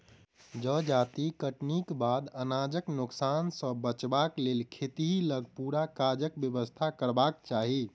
जजाति कटनीक बाद अनाजक नोकसान सॅ बचबाक लेल खेतहि लग पूरा काजक व्यवस्था करबाक चाही